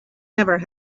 never